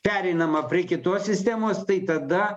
pereinama prie kitos sistemos tai tada